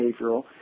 behavioral